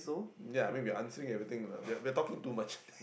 ya I mean we are answering everything lah we are talking too much